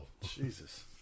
Jesus